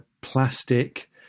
plastic